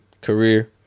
career